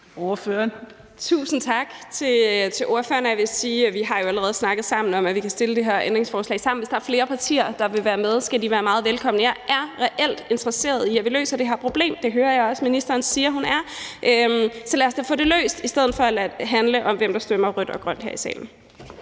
Tusind tak til spørgeren. Jeg vil sige, at vi jo allerede har snakket sammen om, at vi kan stille det her ændringsforslag sammen. Hvis der er flere partier, der vil være med, skal de være meget velkomne. Jeg er reelt interesseret i, at vi løser det her problem. Det hører jeg også ministeren siger hun er. Så lad os da få det løst i stedet for at lade det handle om, hvem der stemmer rødt og grønt her i salen.